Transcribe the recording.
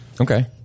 Okay